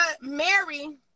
Mary